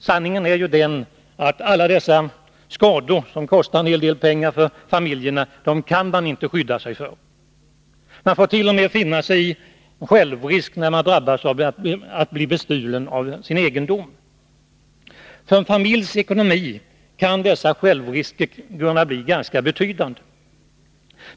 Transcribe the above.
Sanningen är ju att det inte går att helt skydda sig från sådana skador. Man får t.o.m. finna sig i en självrisk om man blir bestulen på sin egendom. En familjs ekonomi kan drabbas ganska hårt därav.